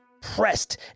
pressed